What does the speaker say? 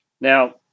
Now